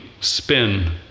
spin